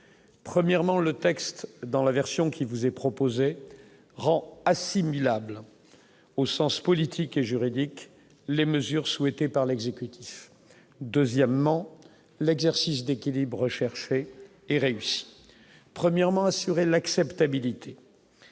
premièrement, le texte dans la version qui vous est proposé rend assimilable au sens politique et juridique, les mesures souhaitées par l'exécutif, deuxièmement l'exercice d'équilibre recherché et réussi, premièrement, assurer l'acceptabilité.